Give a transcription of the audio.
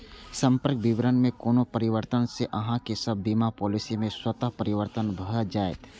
संपर्क विवरण मे कोनो परिवर्तन सं अहांक सभ बीमा पॉलिसी मे स्वतः परिवर्तन भए जाएत